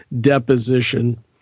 deposition